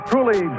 Truly